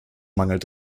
mangelt